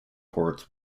ports